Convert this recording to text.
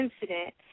incident